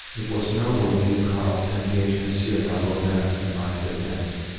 it was noble of you, karl, to engage monsieur labordin in my defence,